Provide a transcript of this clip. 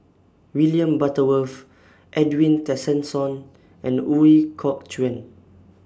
William Butterworth Edwin Tessensohn and Ooi Kok Chuen